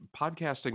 podcasting